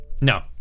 No